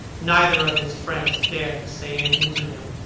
neither of his friends dared to say anything to him.